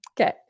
Okay